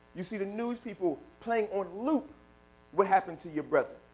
you see the news people playing on loop what happened to your brother.